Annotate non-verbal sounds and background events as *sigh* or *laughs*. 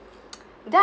*laughs* then